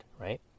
right